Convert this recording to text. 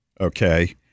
okay